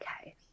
okay